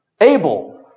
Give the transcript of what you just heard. Abel